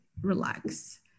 relax